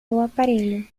aparelho